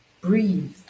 Breathe